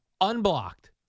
unblocked